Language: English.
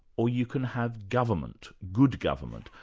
or you can have government, good government,